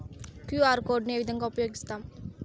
QR code ను ఏ విధంగా ఉపయగిస్తాము?